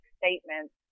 statements